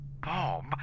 Bob